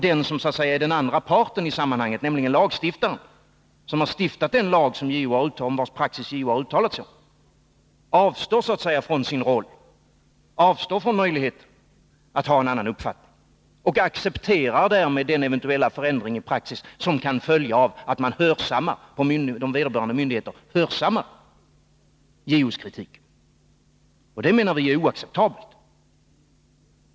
Den andra parten i sammanhanget — nämligen lagstiftaren, som har stiftat den lag vars praxis JO har uttalat sig om — avstår så att säga från sin roll, från möjligheten att ha en annan uppfattning och accepterar därmed den eventuella förändring i praxis som kan följa av att vederbörande myndigheter hörsammar JO:s kritik. Det menar vi är oacceptabelt.